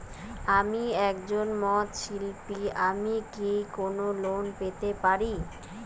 আমি একজন মৃৎ শিল্পী আমি কি কোন লোন পেতে পারি?